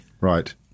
Right